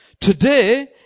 Today